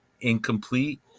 incomplete